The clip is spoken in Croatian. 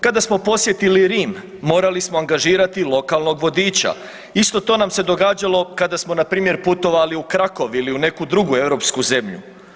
Kada smo posjetili Rim, morali smo angažirati lokalnog vodiča, isto to nam se događalo, kada smo npr. putovali u Krakow ili neku drugu europsku zemlju.